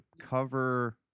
cover